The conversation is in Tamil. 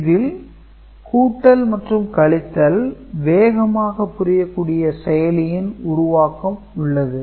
இதில் கூட்டல் மற்றும் கழித்தல் வேகமாக புரியக்கூடிய செயலியின் உருவாக்கம் உள்ளது